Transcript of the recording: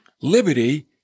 Liberty